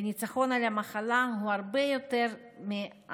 הניצחון של המחלה הוא הרבה יותר מהחלמה.